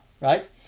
Right